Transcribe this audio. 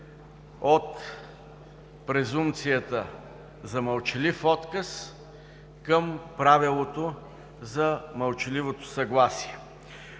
от презумпцията за мълчалив отказ към правилото за мълчаливото съгласие.